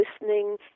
listening